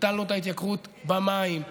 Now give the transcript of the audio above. ביטלנו את ההתייקרות במים,